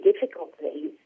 difficulties